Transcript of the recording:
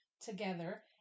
together